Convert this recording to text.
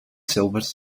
zelvers